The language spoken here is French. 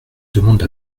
demande